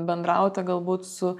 bendravote galbūt su